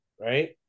right